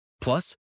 Plus